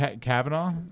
Kavanaugh